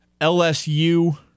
LSU